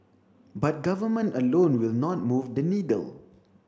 but government alone will not move the needle